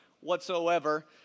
whatsoever